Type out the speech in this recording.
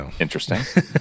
Interesting